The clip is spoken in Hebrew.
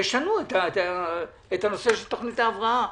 תשנו את הנושא של תוכנית ההבראה.